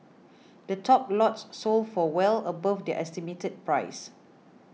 the top lots sold for well above their estimated price